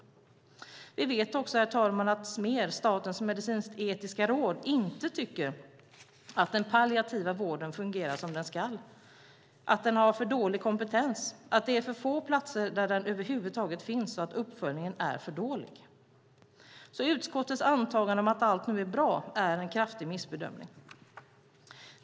Herr talman! Vi vet också att Smer, Statens medicinsk-etiska råd, inte tycker att den palliativa vården fungerar som den ska, att kompetensen är för dålig, att det är för få platser där vården över huvud taget finns och att uppföljningen är för dålig. Så utskottets antagande att allt nu är bra är en kraftig missbedömning.